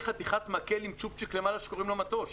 חתיכת מקל עם צ'ופצ'יק למעלה שקוראים לו מטוש,